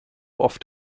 oft